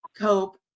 cope